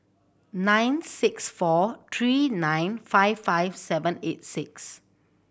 nine six four three nine five five seven eight six